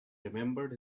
remembered